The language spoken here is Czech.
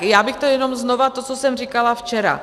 Já bych řekla jenom znova to, co jsem říkala včera.